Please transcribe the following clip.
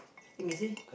think easy